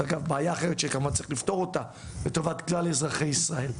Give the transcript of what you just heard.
זה בעיה אחרת שכמובן צריך לפתור אותה לטובת כלל אזרחי ישראל,